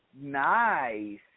Nice